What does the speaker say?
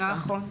נכון.